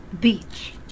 Beach